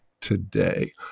today